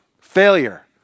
Failure